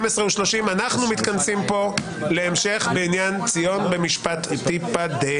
מתכנסים כאן להמשך בעניין ציון במשפט תיפדה.